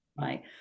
right